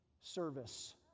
service